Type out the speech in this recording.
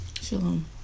Shalom